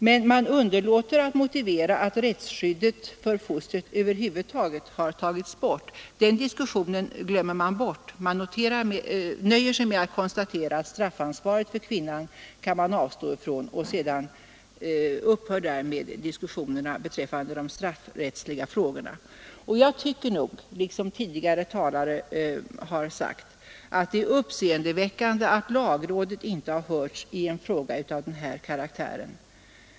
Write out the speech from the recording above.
Men man underlåter att motivera varför rättsskyddet för fostret över huvud taget har tagits bort. Den diskussionen glömmer man. Man nöjer sig med att konstatera att man kan avstå från straffansvar för kvinnan. Därmed upphör diskussionerna om de straffrättsliga frågorna. Liksom tidigare talare tycker jag att det är uppseendeväckande att inte lagrådet hörts i en fråga av denna karaktär.